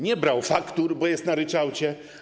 Nie brał faktur, bo jest na ryczałcie.